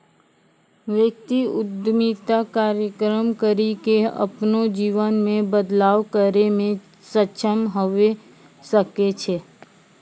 व्यक्ति उद्यमिता कार्यक्रम करी के अपनो जीवन मे बदलाव करै मे सक्षम हवै सकै छै